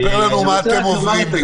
ספר לנו מה אתם עוברים.